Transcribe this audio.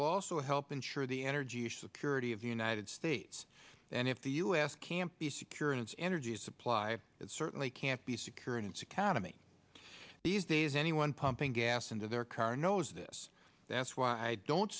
also help ensure the energy security of the united states and if the u s can't be secure in its energy supply it certainly can't be secure in its account of me these days anyone pumping gas into their car knows this that's why i don't